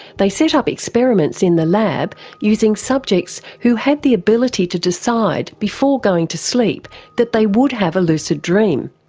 they set up experiments in the lab using subjects who had the ability to decide before going to sleep that they would have a lucid dream.